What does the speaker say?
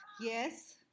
Yes